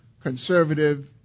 conservative